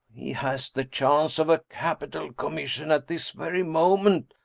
he has the chance of a capital commission at this very moment.